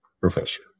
Professor